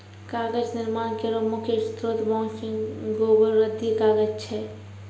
कागज निर्माण केरो मुख्य स्रोत बांस, गोबर, रद्दी कागज छै